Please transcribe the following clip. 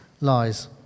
lies